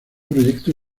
proyecto